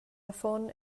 affon